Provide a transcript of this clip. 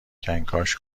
کنکاش